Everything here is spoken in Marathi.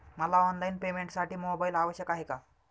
मला ऑनलाईन पेमेंटसाठी मोबाईल आवश्यक आहे का?